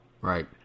Right